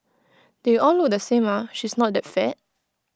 they all look the same ah she's not that fat